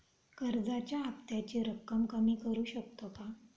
कर्जाच्या हफ्त्याची रक्कम कमी करू शकतो का?